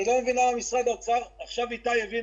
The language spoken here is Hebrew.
אני לא מבין למה משרד האוצר עכשיו איתי הבין